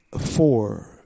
four